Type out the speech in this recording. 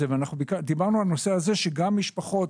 דיברנו על הנושא הזה שגם משפחות,